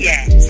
Yes